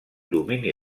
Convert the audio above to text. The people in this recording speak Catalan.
domini